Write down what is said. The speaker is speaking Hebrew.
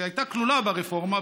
שהייתה כלולה ברפורמה,